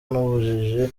n’ubujiji